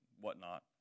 whatnot